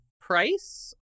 Price